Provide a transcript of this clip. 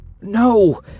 no